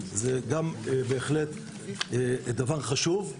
זה גם בהחלט דבר חשוב.